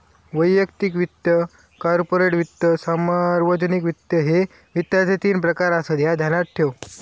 वैयक्तिक वित्त, कॉर्पोरेट वित्त, सार्वजनिक वित्त, ह्ये वित्ताचे तीन प्रकार आसत, ह्या ध्यानात ठेव